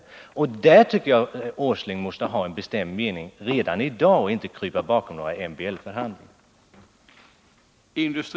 När det gäller den frågeställningen tycker jag att Nils Åsling borde kunna ha en bestämd mening redan i dag, och inte krypa bakom några MBL-förhandlingar.